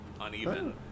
uneven